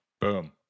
Boom